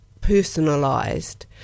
personalized